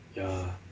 ya